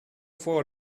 for